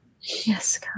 Yes